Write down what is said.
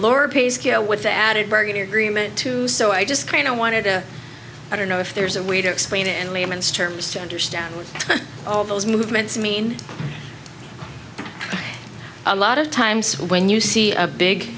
lower pay scale with the added bargaining agreement too so i just wanted to i don't know if there's a way to explain it and layman's terms to understand all those movements i mean a lot of times when you see a big